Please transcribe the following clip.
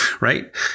Right